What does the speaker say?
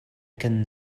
can